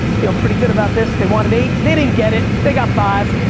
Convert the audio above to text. feeling pretty good about this, they wanted eight, they didn't get it, they got five.